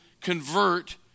convert